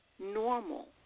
normal